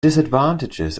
disadvantages